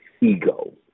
ego